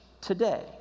today